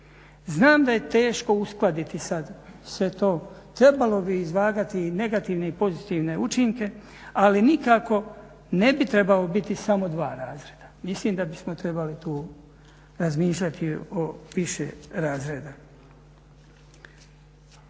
Znam da je teško uskladiti sad sve to. Trebalo bi izvagati i negativne i pozitivne učinke, ali nikako ne bi trebalo biti samo dva razreda. Mislim da bismo trebali tu razmišljati o više razreda.